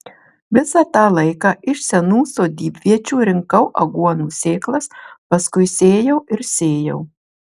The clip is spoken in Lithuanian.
visą tą laiką iš senų sodybviečių rinkau aguonų sėklas paskui sėjau ir sėjau